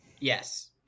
Yes